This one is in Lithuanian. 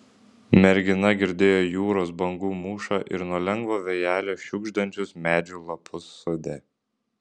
mergina girdėjo jūros bangų mūšą ir nuo lengvo vėjelio šiugždančius medžių lapus sode